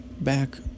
back